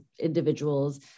individuals